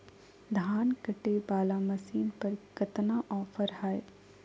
धान कटे बाला मसीन पर कतना ऑफर हाय?